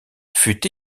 fut